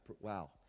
Wow